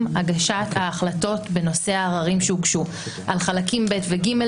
הגשת ההחלטות בנושא העררים שהוגשו על חלקים ב' ו-ג',